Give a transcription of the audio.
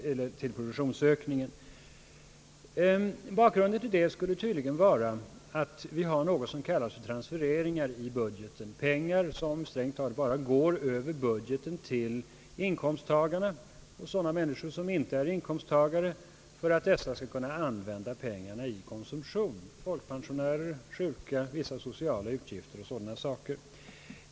Bakgrunden till hans ställningstagande skulle tydligen vara att vi i budgeten har något som kallas transfereringar — pengar som strängt taget bara går över budgeten till inkomsttagare och sådana människor, som inte är inkomsttagare, för att dessa skall kunna använda pengarna till konsumtion: folkpensionärer och sjuka; vissa sociala utgifter m.m. hör också dit.